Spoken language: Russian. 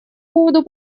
поводу